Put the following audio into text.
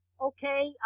okay